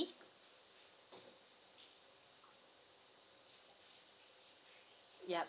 yup